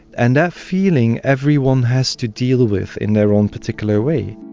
and that feeling everyone has to deal with in their own particular way.